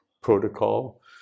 protocol